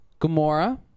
Gamora